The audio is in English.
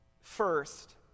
First